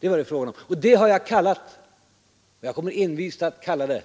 Det är det frågan om, och det har jag kallat — och jag kommer envist att fortsätta att kalla det